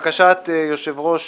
בקשת יושב ראש